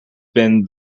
been